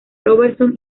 robertson